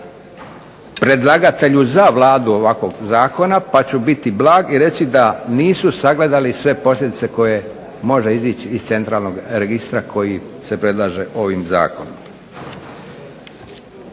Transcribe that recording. predlagatelju za Vladu ovakvog zakona, pa ću biti blag i reći da nisu sagledali sve posljedice koje može izići iz centralnog registra koji se predlaže ovim zakonom.